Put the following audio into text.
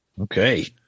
Okay